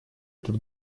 этот